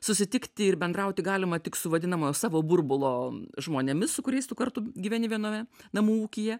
susitikti ir bendrauti galima tik su vadinamojo savo burbulo žmonėmis su kuriais tu kartu gyveni viename namų ūkyje